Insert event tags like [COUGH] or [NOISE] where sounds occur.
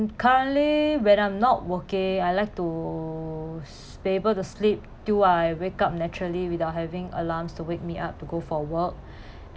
currently when I'm not working I like to s~ be able to sleep till I wake up naturally without having alarms to wake me up to go for work [BREATH]